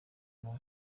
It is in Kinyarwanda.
nka